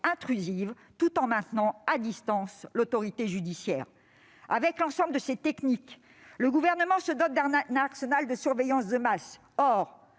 tout en maintenant à distance l'autorité judiciaire. Avec l'ensemble de ces techniques, le Gouvernement se dote d'un arsenal de surveillance de masse.